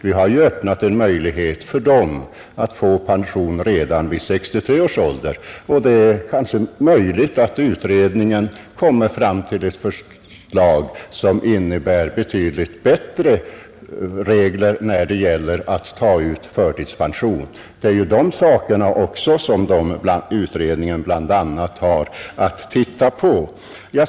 Vi har öppnat en möjlighet för dem att få pension redan vid 63 års ålder, och det är möjligt att utredningen kommer fram till ett förslag som innebär betydligt bättre regler när det gäller att ta ut förtidspension. Det är bl.a. detta som utredningen har att ta ställning till.